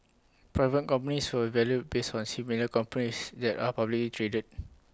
private companies were valued based on similar companies that are publicly traded